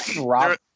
Rob